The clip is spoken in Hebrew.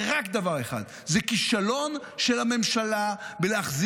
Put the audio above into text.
זה רק דבר אחד: זה כישלון של הממשלה בלהחזיר